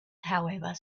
however